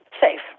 safe